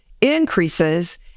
increases